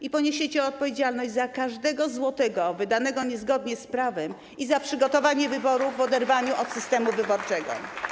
I poniesiecie odpowiedzialność za każdego złotego wydanego niezgodnie z prawem i za przygotowanie wyborów w oderwaniu od systemu wyborczego.